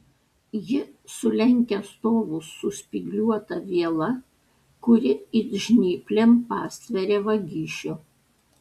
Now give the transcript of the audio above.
ji sulenkia stovus su spygliuota viela kuri it žnyplėm pastveria vagišių